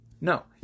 No